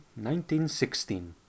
1916